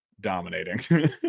dominating